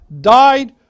died